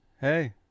hey